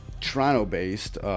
Toronto-based